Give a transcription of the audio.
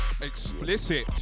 explicit